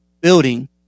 building